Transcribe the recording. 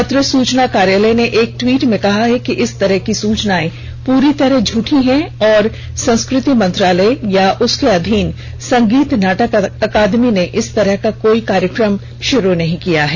पत्र सूचना कार्यालय ने एक ट्वीट में कहा है कि इस तरह की सूचनाए पूरी तरह झूठी है और संस्कृति मंत्रालय या उसके अधीन संगीत नाटक अकादमी ने इस तरह का कोई कार्यक्रम शुरू नहीं किया है